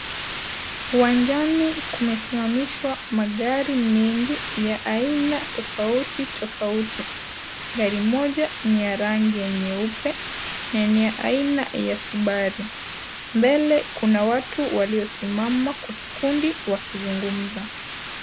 Uwanjani kumesimamishwa magari mengi ya aina tofauti tofauti. Gari moja ni ya rangi nyeupe na aina ya Subaru. Mbele kuna watu waliosimama kwa kikundi wakizungumza.